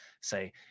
say